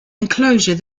enclosure